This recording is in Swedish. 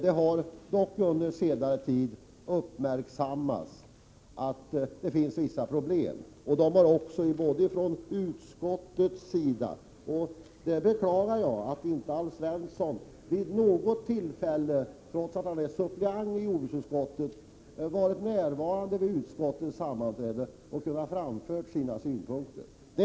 Det har dock under senare tid uppmärksammats — också från utskottets sida — att det finns vissa problem på detta område. Jag beklagar att Alf Svensson inte vid något tillfälle, trots att han är suppleant i jordbruksutskottet, varit närvarande vid utskottets sammanträden och framfört sina synpunkter. Vii Prot.